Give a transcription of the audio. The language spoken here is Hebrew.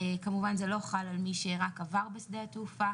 כמובן זה לא חל על מי שרק עבר בשדה התעופה